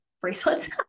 bracelets